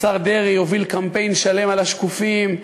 השר דרעי הוביל קמפיין שלם על השקופים,